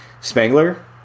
Spangler